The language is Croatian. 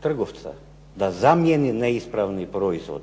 trgovca da zamijeni neispravni proizvod